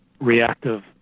reactive